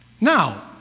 Now